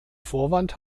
vorwand